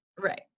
Right